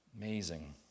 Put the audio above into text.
Amazing